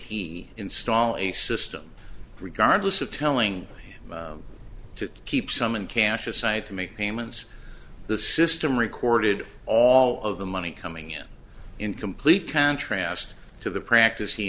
he install a system regardless of telling him to keep some in cash aside to make payments the system recorded all of the money coming in in complete contrast to the practice he